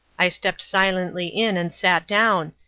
i stepped silently in and sat down,